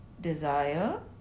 Desire